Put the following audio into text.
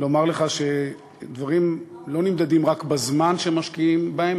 לומר לך שדברים לא נמדדים רק בזמן שמשקיעים בהם,